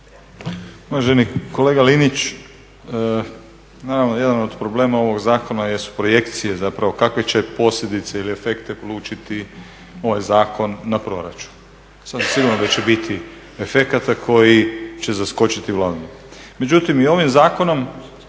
Uvaženi kolega Linić, naravno jedan od problema ovog zakona jesu projekcije, zapravo kakve će posljedice ili efekte polučiti ovaj zakon na proračun. Sasvim sigurno da će biti efekata koji će zaskočiti …. Međutim i ovim zakonom